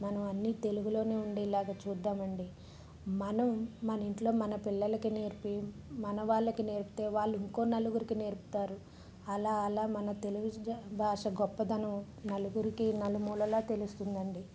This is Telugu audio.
మనం అన్నీ తెలుగులోనే ఉండేలాగ చూద్దామండి మనం మన ఇంట్లో మన పిల్లలికి నేర్పి మన వాళ్ళకి నేర్పితే వాళ్ళు ఇంకో నలుగురికి నేర్పుతారు అలా అలా మన తెలుగు జా భాష గొప్పదనం నలుగురికి నలుమూలల తెలుస్తుందండి